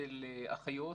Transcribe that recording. של אחיות,